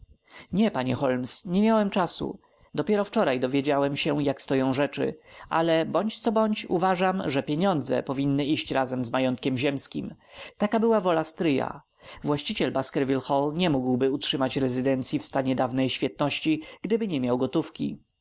nie panie holmes nie miałem czasu dopiero wczoraj dowiedziałem się jak stoją rzeczy ale bądź co bądź uważam że pieniądze powinny iść razem z majątkiem ziemskim taka była wola stryja właściciel baskerville hall nie mógłby utrzymać rezydencyi w stanie dawnej świetności gdyby nie miał gotówki